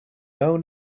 own